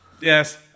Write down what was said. yes